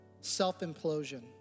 self-implosion